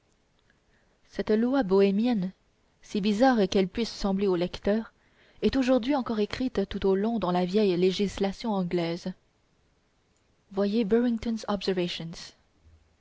cette loi bohémienne si bizarre qu'elle puisse sembler au lecteur est aujourd'hui encore écrite tout au long dans la vieille législation anglaise voyez burington's observations